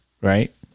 right